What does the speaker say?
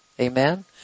Amen